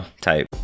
type